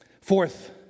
Fourth